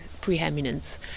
preeminence